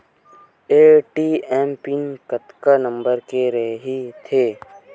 ATM PIN कतका number के रही थे?